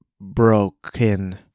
broken